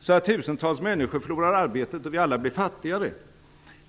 så att tusentals människor förlorar arbetet och vi alla blir fattigare.